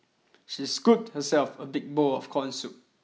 she scooped herself a big bowl of corn soup